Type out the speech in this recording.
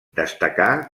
destacà